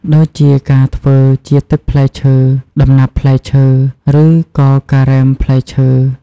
ដូចជាការធ្វើជាទឹកផ្លែឈើ ដំណាប់ផ្លែឈើ ឬក៏ការ៉េមផ្លែឈើ។